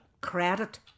Credit